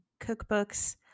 cookbooks